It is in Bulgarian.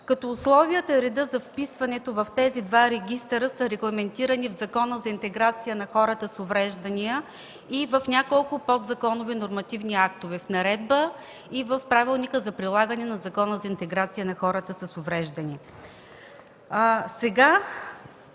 като условията и редът за вписването в тези два регистъра са регламентирани в Закона за интеграция на хората с увреждания и в няколко подзаконови нормативни актове – в наредба и в Правилника за прилагане на Закона за интеграция на хората с увреждания.